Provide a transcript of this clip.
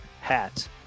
hat